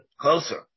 closer